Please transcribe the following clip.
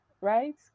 right